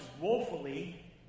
woefully